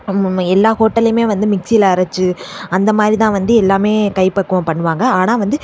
அவங்கவுங்க எல்லா ஹோட்டலுமே வந்து மிக்சியில் அரைச்சி அந்தமாதிரி தான் வந்து எல்லாமே கை பக்குவம் பண்ணுவாங்க ஆனால் வந்து